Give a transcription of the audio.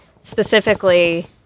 specifically